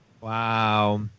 Wow